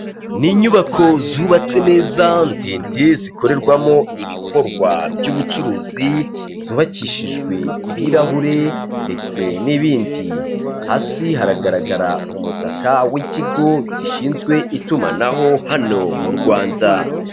Ni inyubako zubatse neza ndende zikorerwamo ibikorwa by'ubucuruzi zubakishijwe ibirahure ndetse n'ibindi, hasi hagaragara umutaka w'ikigo gishinzwe itumanaho hano mu Rwanda.